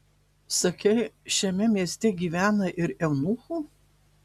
sakei šiame mieste gyvena ir eunuchų